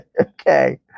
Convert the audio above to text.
Okay